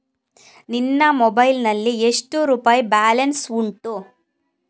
ನಿನ್ನ ಮೊಬೈಲ್ ನಲ್ಲಿ ಎಷ್ಟು ರುಪಾಯಿ ಬ್ಯಾಲೆನ್ಸ್ ಉಂಟು?